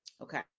Okay